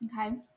okay